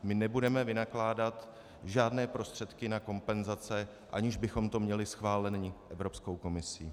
My nebudeme vynakládat žádné prostředky na kompenzace, aniž bychom to měli schváleno Evropskou komisí.